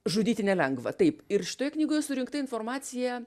žudyti nelengva taip ir šitoje knygoje surinkta informacija